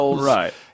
right